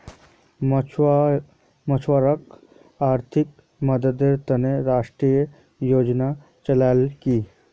मछुवारॉक आर्थिक मददेर त न राष्ट्रीय योजना चलैयाल की